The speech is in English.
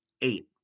eight